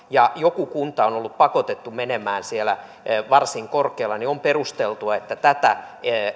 ja kun joku kunta on ollut pakotettu menemään siellä varsin korkealla niin on perusteltua että tätä